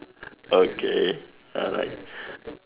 okay alright